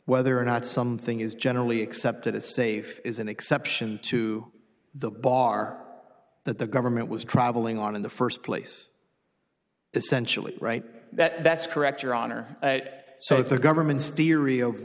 whether or not something is generally accepted as safe is an exception to the bar that the government was travelling on in the first place essentially right that that's correct your honor so the government's theory o